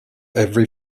every